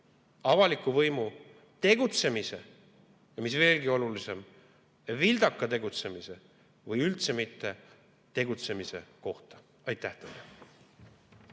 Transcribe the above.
avaliku võimu tegutsemise, ja mis veelgi olulisem, vildaka tegutsemise või üldse mitte tegutsemise kohta. Aitäh teile!